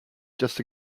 just